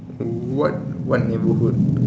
what what neighbourhood